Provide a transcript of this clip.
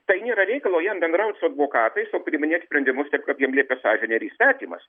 tai nėra reikalo jam bendrauti su advokatais o priiminėt sprendimus ir kaip liepia sąžinė ir įstatymas